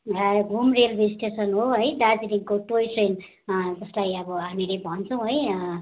घुम railway station हो है दार्जिलिङको टोय ट्रेन जसलाई अब हामीले भन्छौँ है